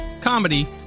comedy